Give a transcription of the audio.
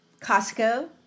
Costco